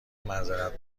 معذرت